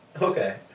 Okay